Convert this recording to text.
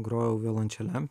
grojau violončele